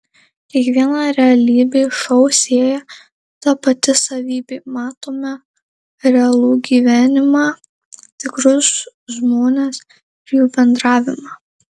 kiekvieną realybės šou sieja ta pati savybė matome realų gyvenimą tikrus žmones ir jų bendravimą